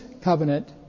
covenant